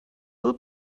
will